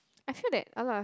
I feel like a lot of